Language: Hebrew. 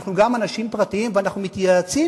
אנחנו גם אנשים פרטיים ואנחנו מתייעצים